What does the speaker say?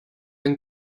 ein